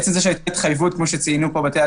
עצם זה שיש התחייבות, כמו שציינו פה בתי-הדין,